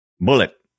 Bullet